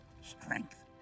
Strength